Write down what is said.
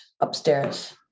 upstairs